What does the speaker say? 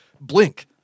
Blink